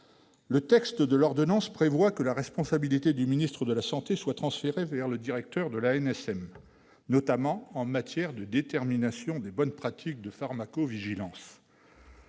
le texte de l'ordonnance prévoit que la responsabilité du ministre de la santé soit transférée au directeur de l'ANSM, notamment en matière de détermination des bonnes pratiques de pharmacovigilance.